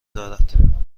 دارد